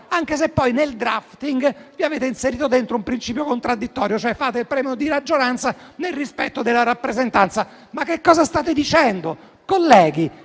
anche se poi nel *drafting* avete inserito un principio contraddittorio, e cioè fate il premio di maggioranza nel rispetto della rappresentanza. Ma che cosa state dicendo? Colleghi,